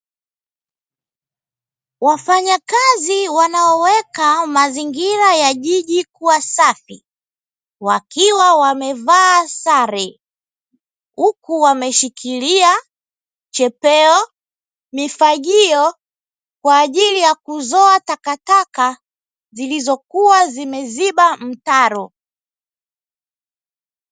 Wafanyakazi wanaoweka mazingira ya jiji kuwa safi, wakiwa wamevaa sare huku wameshikilia chepeo, mifagio, kwa ajili ya kuzoa takataka zilizokuwa zimeziba mtaro.